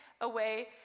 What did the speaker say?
away